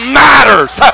matters